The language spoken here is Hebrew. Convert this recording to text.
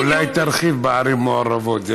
אולי תרחיב בעניין ערים מעורבות.